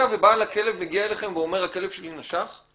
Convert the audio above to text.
ובעל הכלב הגיע אליכם ואומר: הכלב שלי נשך?